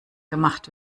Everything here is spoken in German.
gemacht